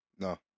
No